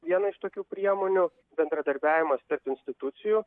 viena iš tokių priemonių bendradarbiavimas tarp institucijų